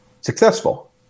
successful